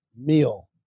meal